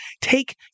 take